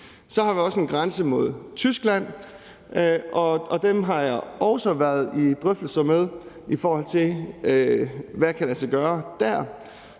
Så har vi også en grænse mod Tyskland, og der har jeg også været i drøftelser med dem om, hvad der kan lade sig gøre dér.